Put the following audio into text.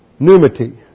Numity